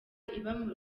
iba